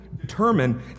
determine